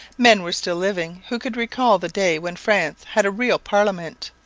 men were still living who could recall the day when france had a real parliament,